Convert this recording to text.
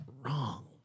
wrong